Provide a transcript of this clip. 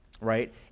Right